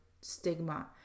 stigma